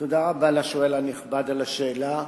תודה רבה לשואל הנכבד על השאלה,